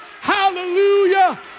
Hallelujah